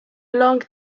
long